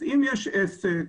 אם יש עסק